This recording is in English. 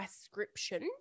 description